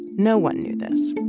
no one knew this